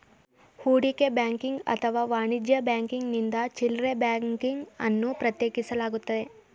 ಹೂಡಿಕೆ ಬ್ಯಾಂಕಿಂಗ್ ಅಥವಾ ವಾಣಿಜ್ಯ ಬ್ಯಾಂಕಿಂಗ್ನಿಂದ ಚಿಲ್ಡ್ರೆ ಬ್ಯಾಂಕಿಂಗ್ ಅನ್ನು ಪ್ರತ್ಯೇಕಿಸಲಾಗುತ್ತೆ